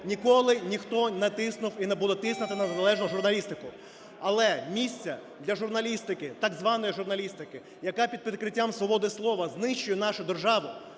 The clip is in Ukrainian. ніколи ніхто не тиснув і не буде тиснути на незалежну журналістику, але місце для журналістики, так званої журналістики, яка під прикриттям свободи слова знищує нашу державу